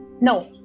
No